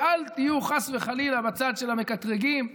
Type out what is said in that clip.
ואל תהיו חס וחלילה בצד של המקטרגים והמעכבים,